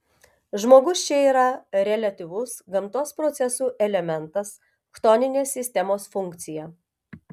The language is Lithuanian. žmogus čia yra reliatyvus gamtos procesų elementas chtoninės sistemos funkcija